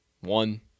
one